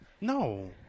No